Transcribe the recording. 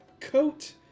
coat